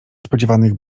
spodziewanych